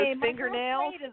fingernails